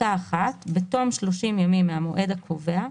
(1)בתום 30 ימים מהמועד הקובע,